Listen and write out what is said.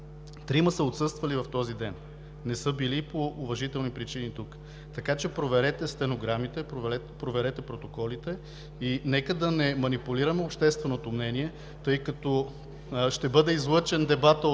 трима са отсъствали в този ден, не са били по уважителни причини тук. Така че проверете стенограмите, проверете протоколите и нека да не манипулираме общественото мнение, тъй като ще бъде излъчен дебатът от